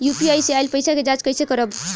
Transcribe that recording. UPI से आइल पईसा के जाँच कइसे करब?